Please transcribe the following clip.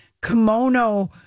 kimono